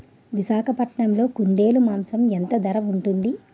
విశాఖపట్నంలో కుందేలు మాంసం ఎంత ధర ఉంటుంది?